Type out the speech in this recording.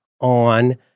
on